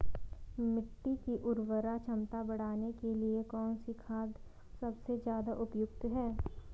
मिट्टी की उर्वरा क्षमता बढ़ाने के लिए कौन सी खाद सबसे ज़्यादा उपयुक्त है?